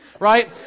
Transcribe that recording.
right